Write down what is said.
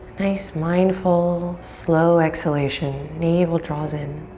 nice, mindful, slow exhalation. navel draws in.